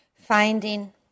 finding